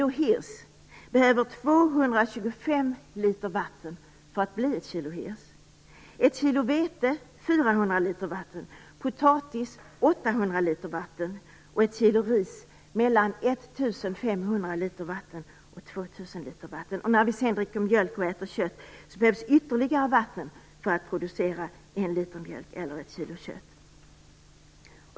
Hirs behöver 225 liter vatten för att bli ett kilo hirs. Ett kilo vete behöver 400 liter vatten, ett kilo potatis 800 liter vatten och ett kilo ris mellan 1 500 och 2 000 liter vatten. När vi sedan dricker mjölk och äter kött behövs ytterligare vatten för att producera en liter mjölk eller ett kilo kött.